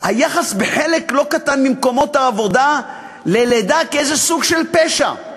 היחס בחלק לא קטן ממקומות העבודה ללידה הוא כאל איזה סוג של פשע.